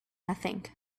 nothing